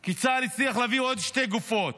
כי צה"ל הצליח להביא עוד שתי גופות.